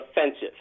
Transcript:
offensive